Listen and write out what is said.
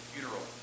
funeral